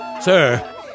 Sir